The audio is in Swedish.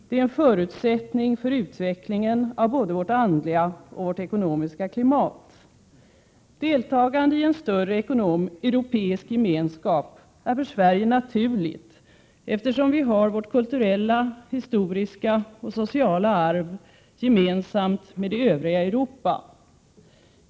Det är en förutsättning för utvecklingen av både vårt andliga och vårt ekonomiska klimat. Deltagande i en större europeisk gemenskap är för Sverige naturligt eftersom vi har vårt kulturella, historiska och sociala arv gemensamt med det övriga Europa.